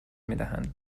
میدهند